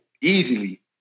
easily